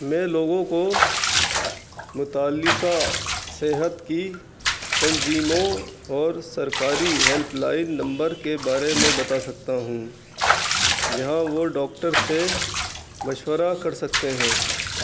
میں لوگوں کو متعلقہ صحت کی تنظیموں اور سرکاری ہیلپ لائن نمبر کے بارے میں بتا سکتا ہوں جہاں وہ ڈاکٹر سے مشورہ کر سکتے ہیں